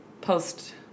post